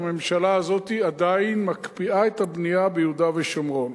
שהממשלה הזאת עדיין מקפיאה את הבנייה ביהודה ושומרון.